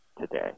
today